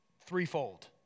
threefold